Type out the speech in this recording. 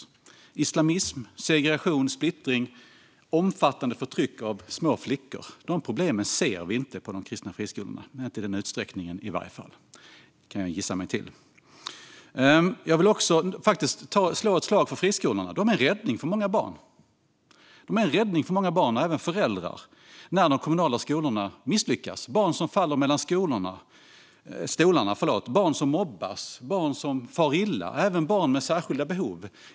Det är islamism, segregation och splittring samt omfattande förtryck av små flickor. De problemen ser vi inte på de kristna friskolorna - i alla fall inte i den utsträckningen, kan jag gissa mig till. Jag vill faktiskt också slå ett slag för friskolorna. De är en räddning för många barn, och även för föräldrar, när de kommunala skolorna misslyckas. Det gäller barn som faller mellan stolarna: barn som mobbas, barn som far illa och även barn med särskilda behov.